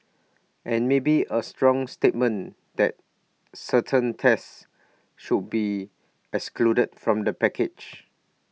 and maybe A strong statement that certain tests should be excluded from the package